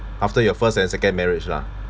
after your first and second marriage lah